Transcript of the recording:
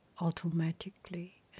automatically